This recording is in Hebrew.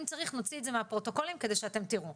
אם צריך, נוציא את זה מהפרוטוקולים כדי שאתם תראו.